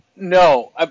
No